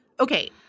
Okay